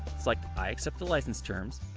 select i accept the license terms,